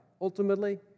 Ultimately